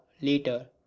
later